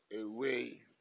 away